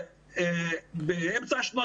שרף,